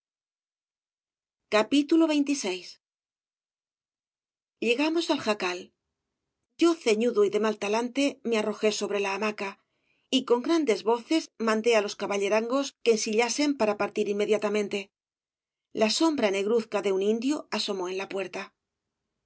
bradomin legamos al jacal yo ceñudo y de mal talante me arrojé sobre la hamaca y con grandes voces mandé álos caballerangos que ensillasen para partir inmediatamente la sombra negruzca de un indio asomó en la puerta